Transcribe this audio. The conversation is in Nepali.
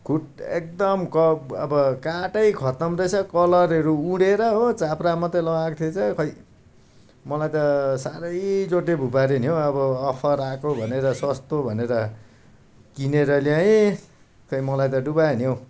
खुट एकदम कब अब काठै खत्तम रहेछ कलरहरू उडेर हो चाप्रा मात्रै लगाएको थिएछ खै मलाई त साह्रै चोटे भुपारो नि हौ अब अफर आएको भनेर सस्तो भनेर किनेर ल्याएँ खै मलाई त डुबायो नि हौ